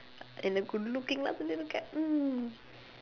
and the good looking guy